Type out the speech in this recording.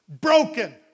broken